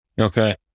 Okay